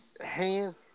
Hands